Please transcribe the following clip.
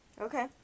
Okay